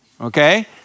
okay